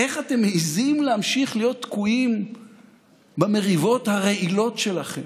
איך אתם מעיזים להמשיך להיות תקועים במריבות הרעילות שלכם?